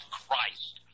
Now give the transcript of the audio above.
christ